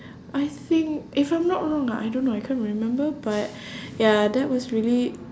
I think if I'm not wrong ah I don't know I can't remember but ya that was really